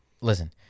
listen